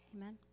Amen